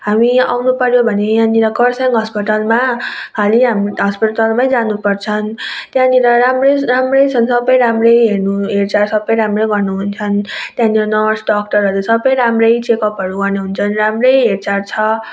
हाम्रो यहाँ आउनु पर्यो भने यहाँनिर कर्सियङ अस्पतालमा खालि हाम्रो अस्पतालमै जानु पर्छन् त्यहाँनिर राम्रै राम्रै छन् सबै राम्रै हेर्नु हेरचाह सबै राम्रै गर्नुहुन्छन् त्यहाँनिर नर्स डक्टरहरू सबै राम्रै चेकअपहरू गर्ने हुन्छन् राम्रै हेरचाह छ